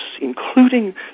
including